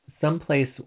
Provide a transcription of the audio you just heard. Someplace